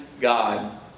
God